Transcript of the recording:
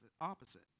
opposite